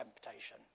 temptation